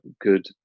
good